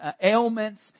ailments